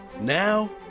Now